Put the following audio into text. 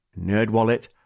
NerdWallet